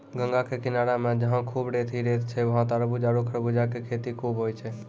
गंगा के किनारा मॅ जहां खूब रेत हीं रेत छै वहाँ तारबूज आरो खरबूजा के खेती खूब होय छै